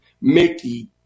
Mickey